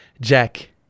jack